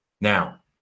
Now